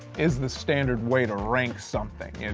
is the standard way to rank something, you know.